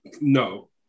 no